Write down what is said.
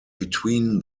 between